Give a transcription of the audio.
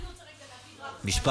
אני רוצה רגע להגיד משהו.